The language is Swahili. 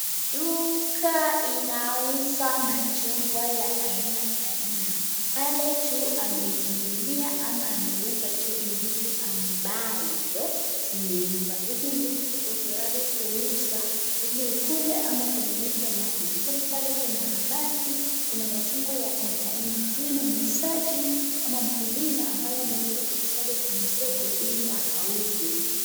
Duka inauza machungwa ya aina aina. Pale juu ameifugilia ama ameiweka juu ndizi ambazo zimeiva. Hizi ndizi ziko tayari kuuza ili ukule ama utengeneze nayo. Hivo pale kuna nanasi kuna machungwa ya aina aina. Huyu ni muuzaji ama mkulima ambae ameleta vitu zake kwenye soko ili akauze.